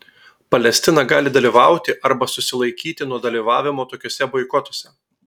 palestina gali dalyvauti arba susilaikyti nuo dalyvavimo tokiuose boikotuose